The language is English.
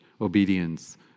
obedience